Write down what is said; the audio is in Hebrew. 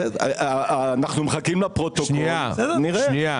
בסדר, אנחנו מחכים לפרוטוקול, נראה.